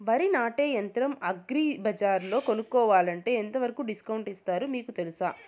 వరి నాటే యంత్రం అగ్రి బజార్లో కొనుక్కోవాలంటే ఎంతవరకు డిస్కౌంట్ ఇస్తారు మీకు తెలుసా?